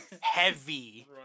heavy